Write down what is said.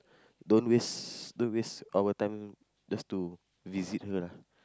don't waste don't waste our time just to visit her lah